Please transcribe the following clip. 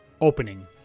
opening